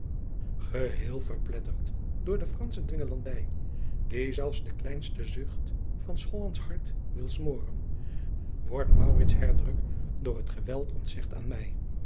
geheel verpletterd door de fransche dwinglandij die zelfs den kleinsten zucht van t hollandsch hart wil smoren wordt maurits herdruk door t geweld ontzegd aan mij